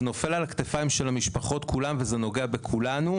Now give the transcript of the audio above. זה נופל על הכתפיים של המשפחות וזה נוגע לכולנו.